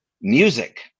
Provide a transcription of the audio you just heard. music